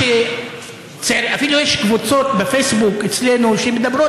אפילו יש קבוצות בפייסבוק אצלנו שמדברות